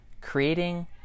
creating